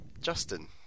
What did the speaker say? Justin